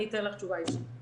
אני אתן לך תשובה אישית.